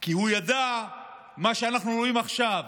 כי הוא ידע מה שאנחנו רואים עכשיו,